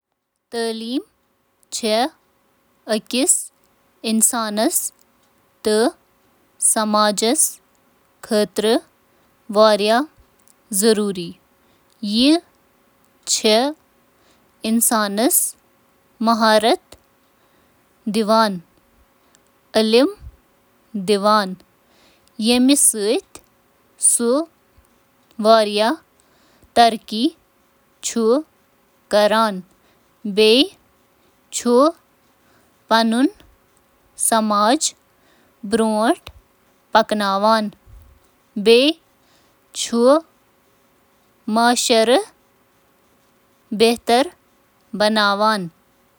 تعلیم چِھ افرادن ذٲتی تہٕ اجتماعی ترقی خاطرٕ ضروری علم، مہارت تہٕ اقدارن سۭتۍ لیس کرتھ معاشرچ تشکیل منٛز اہم کردار ادا کران۔